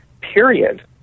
period